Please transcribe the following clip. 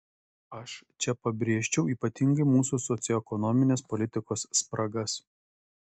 aš čia pabrėžčiau ypatingai mūsų socioekonominės politikos spragas